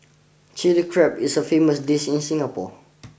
Chilli Crab is a famous dish in Singapore